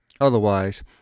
otherwise